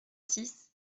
six